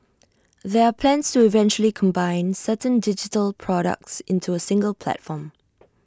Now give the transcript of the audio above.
there are plans to eventually combine certain digital products into A single platform